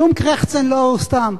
שום "קרעכצן" לא סתם.